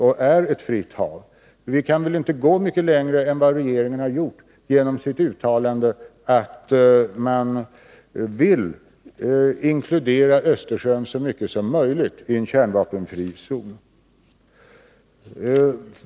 Det är ett fritt hav. Vi kan väl inte gå mycket längre än regeringen har gjort genom sitt uttalande att man vill inkludera Östersjön så mycket som möjligt i en kärnvapenfri zon.